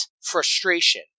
frustration